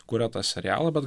kuria tą serialą bet